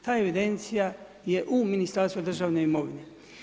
Ta evidencija je u Ministarstvu državne imovine.